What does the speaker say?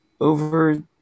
over